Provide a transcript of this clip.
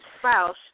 spouse